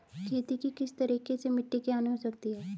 खेती के किस तरीके से मिट्टी की हानि हो सकती है?